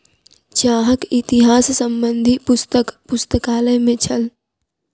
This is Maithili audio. चाहक इतिहास संबंधी पुस्तक पुस्तकालय में छल